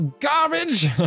garbage